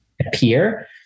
appear